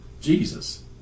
Jesus